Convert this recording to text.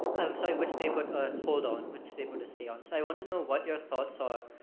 i'm sorry which they put a hold on which they put a stay on. so i want to know what your thoughts are,